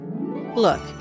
look